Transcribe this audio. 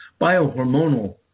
biohormonal